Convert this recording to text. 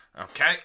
Okay